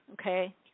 okay